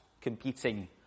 competing